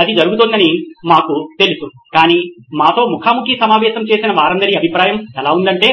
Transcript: అది జరుగుతోందని మాకు తెలుసు కాని మాతో ముఖా ముఖి సమావేశం చేసిన వారందరి అభిప్రాయం ఎలా ఉందంటే